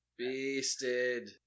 beasted